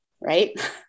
right